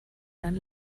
dann